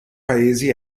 paesi